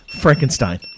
Frankenstein